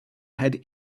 had